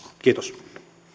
kiitos